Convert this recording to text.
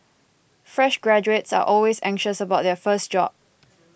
fresh graduates are always anxious about their first job